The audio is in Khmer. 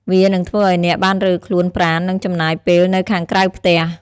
វានឹងធ្វើឱ្យអ្នកបានរើខ្លួនប្រាណនិងចំណាយពេលនៅខាងក្រៅផ្ទះ។